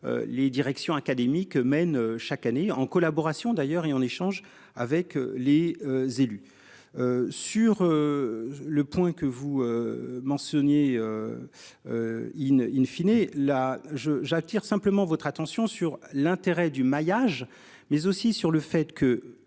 les directions académique mène chaque année en collaboration d'ailleurs et en échange avec les. Élus. Sur. Le point que vous. Mentionnez. Il ne in fine et là je j'attire simplement votre attention sur l'intérêt du maillage mais aussi sur le fait que.